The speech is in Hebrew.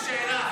יש לי שאלה.